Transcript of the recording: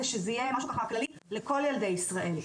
שזה יהיה משהו ככה כללי לכל ילדי ישראל.